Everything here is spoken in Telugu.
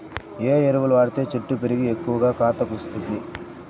ఏ ఎరువులు వాడితే చెట్టు పెరిగి ఎక్కువగా కాత ఇస్తుంది?